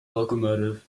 locomotives